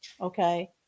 Okay